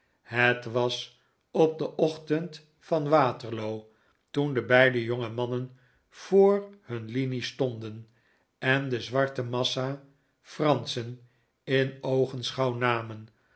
het was op den ochtend van waterloo toen de beide jonge mannen voor hun linie stonden en de zwarte massa franschen in oogenschouw namen